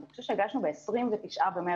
זו בקשה שהגשנו ב-29 במרץ,